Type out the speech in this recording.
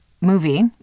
movie